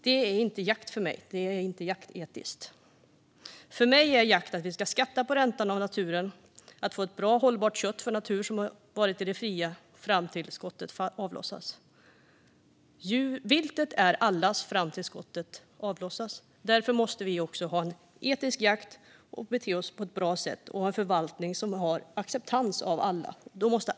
Detta är inte jakt för mig - inte jaktetiskt. För mig är jakt att vi ska skatta på räntan av naturen och få ett bra hållbart kött som har varit i det fria i naturen fram till dess att skottet avlossas. Viltet är allas fram till dess att skottet avlossas. Därför måste vi ha en etisk jakt, bete oss på ett bra sätt och utöva en förvaltning som accepteras av alla.